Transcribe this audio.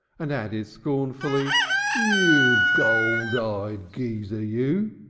and added scornfully you gold-eyed geezer, you!